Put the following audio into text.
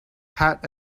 pat